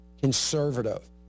conservative